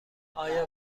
آیا